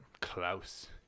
Klaus